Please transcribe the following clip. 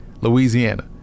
Louisiana